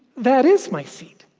that is my seat!